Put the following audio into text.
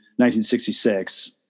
1966